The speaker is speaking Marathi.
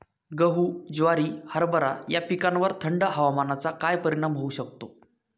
गहू, ज्वारी, हरभरा या पिकांवर थंड हवामानाचा काय परिणाम होऊ शकतो?